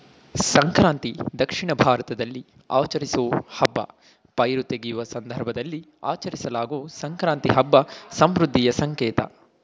ಸಂಕ್ರಾಂತಿ ದಕ್ಷಿಣ ಭಾರತದಲ್ಲಿ ಆಚರಿಸೋ ಹಬ್ಬ ಪೈರು ತೆಗೆಯುವ ಸಂದರ್ಭದಲ್ಲಿ ಆಚರಿಸಲಾಗೊ ಸಂಕ್ರಾಂತಿ ಹಬ್ಬ ಸಮೃದ್ಧಿಯ ಸಂಕೇತ